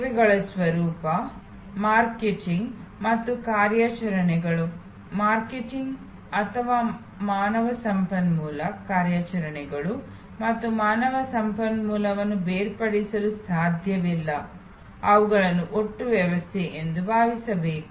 ಸೇವೆಗಳ ಸ್ವರೂಪ ಮಾರ್ಕೆಟಿಂಗ್ ಮತ್ತು ಕಾರ್ಯಾಚರಣೆಗಳು ಮಾರ್ಕೆಟಿಂಗ್ ಅಥವಾ ಮಾನವ ಸಂಪನ್ಮೂಲ ಕಾರ್ಯಾಚರಣೆಗಳು ಮತ್ತು ಮಾನವ ಸಂಪನ್ಮೂಲವನ್ನು ಬೇರ್ಪಡಿಸಲು ಸಾಧ್ಯವಿಲ್ಲ ಅವುಗಳನ್ನು ಒಟ್ಟು ವ್ಯವಸ್ಥೆ ಎಂದು ಭಾವಿಸಬೇಕು